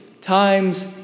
times